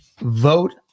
Vote